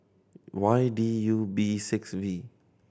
Y D U B six V